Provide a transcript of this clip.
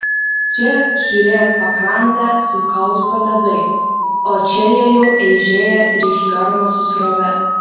čia žiūrėk pakrantę sukausto ledai o čia jie jau eižėja ir išgarma su srove